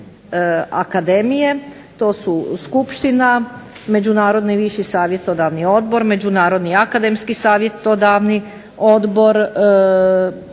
To su skupština, međunarodni viši savjetodavni odbor, međunarodni akademski savjetodavni odbor,